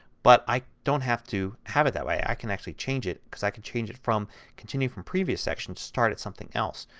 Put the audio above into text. but i don't have to have it that way. i can actually change it because i can change it from continue from previous section to start at something else.